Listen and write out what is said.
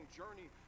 journey